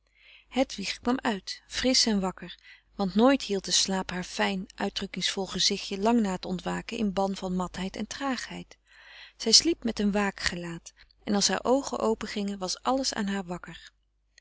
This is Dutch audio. hedwig kwam uit frisch en wakker want nooit hield de slaap haar fijn uitdrukkingsvol gezichtje lang na t ontwaken in ban van matheid en traagheid zij sliep met een waak gelaat en als haar oogen open gingen was alles aan haar wakker